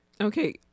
Okay